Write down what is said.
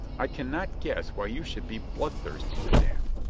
i can not guess why you should be bloodthirsty, madame,